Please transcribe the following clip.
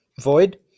Void